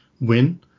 win